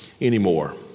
anymore